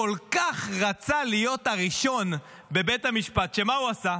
כל כך רצה להיות הראשון בבית המשפט, שמה הוא עשה?